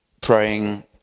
praying